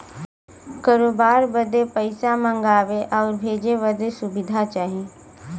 करोबार बदे पइसा मंगावे आउर भेजे बदे सुविधा चाही